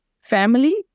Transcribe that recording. family